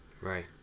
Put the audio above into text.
Right